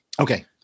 Okay